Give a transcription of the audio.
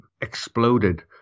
exploded